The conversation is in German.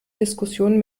diskussionen